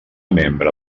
membre